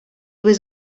was